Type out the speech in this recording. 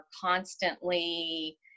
constantly